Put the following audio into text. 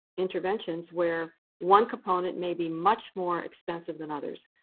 interventions where one component may be much more expensive than others.